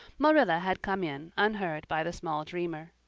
marilla had come in unheard by the small dreamer.